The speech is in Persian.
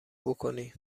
بکنی